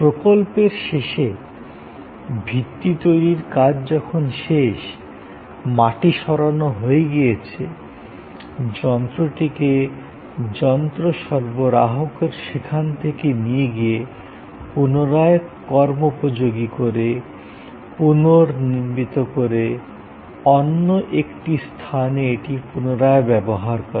প্রকল্পের শেষে ভিত্তি তৈরির কাজ যখন শেষ মাটি সরানো হয় গিয়েছে যন্ত্রটিকে যন্ত্রসর্বরাহকারক সেখান থেকে নিয়ে গিয়ে পুনরায় কর্মোপযোগী করে পুনর্নির্মিত করে অন্য একটি স্থানে এটি পুনরায় ব্যবহার করে